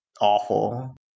awful